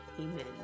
Amen